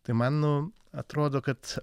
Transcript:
tai man nu atrodo kad